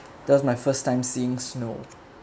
that was my first time seeing snow